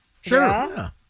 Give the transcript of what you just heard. Sure